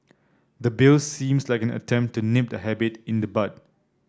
the Bill seems like an attempt to nip the habit in the bud